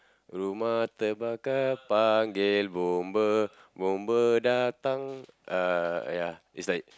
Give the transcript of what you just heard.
rumah terbakar panggil bomba bomba datang uh ya it's like